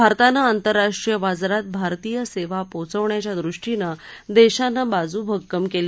भारतानं आंतरराष्ट्रीय बाजारात भारतीय सेवा पोचवण्याच्या दृष्टीनं देशानं बाजू भक्कम केली